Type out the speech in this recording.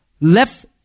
left